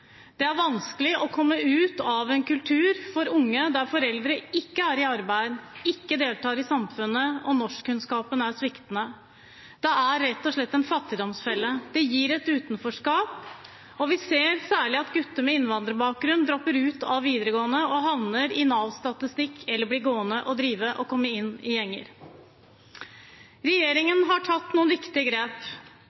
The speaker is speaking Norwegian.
Det er vanskelig for unge å komme ut av en kultur der foreldrene ikke er i arbeid, ikke deltar i samfunnet og har sviktende norskkunnskaper. Det er rett og slett en fattigdomsfelle. Det gir et utenforskap, og vi ser særlig at gutter med innvandrerbakgrunn dropper ut av videregående og havner i Nav-statistikk eller blir gående og drive og kommer inn i gjenger.